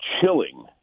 Chilling